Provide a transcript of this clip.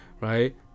right